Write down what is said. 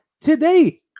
today